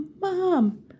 Mom